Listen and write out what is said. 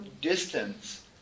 distance